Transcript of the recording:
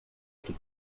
que